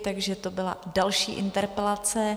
Takže to byla další interpelace.